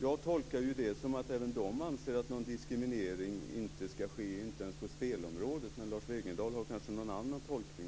Jag tolkar det som att även de anser att någon diskriminering inte skall ske ens på spelområdet. Men Lars Wegendal gör kanske en annan tolkning.